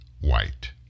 white